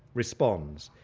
responds,